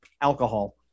Alcohol